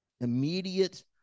Immediate